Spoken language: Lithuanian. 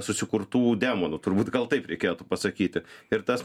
susikurtų demonų turbūt gal taip reikėtų pasakyti ir tas